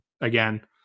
again